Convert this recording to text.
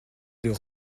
deux